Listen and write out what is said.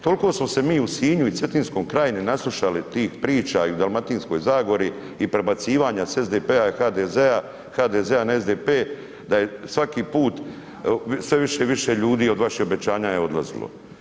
Toliko smo se mi u Sinju i Cetinskoj krajini naslušali tih priča i u Dalmatinskoj zagori i prebacivanja s SDP-a i HDZ-a, HDZ-a na SDP da je svaki put sve više i više ljudi je od vaših obećanja je odlazilo.